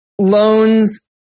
loans